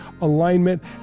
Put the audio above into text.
alignment